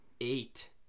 eight